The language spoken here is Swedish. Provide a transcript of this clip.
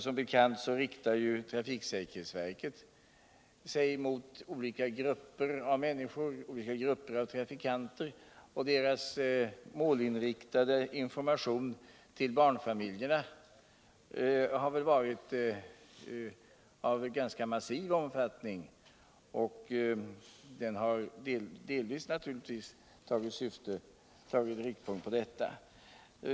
Som bekant riktar trafiksäkerhetsverket sig till olika grupper av trafikanter, och dess målinriktade information till barnfamiljerna har väl haft en ganska massiv omfattning och delvis naturligtvis haft detta problem som en riktpunkt.